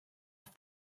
off